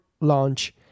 launch